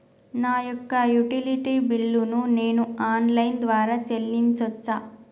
నా యొక్క utility bill ను నేను ఆన్ లైన్ ద్వారా చెల్లించొచ్చా?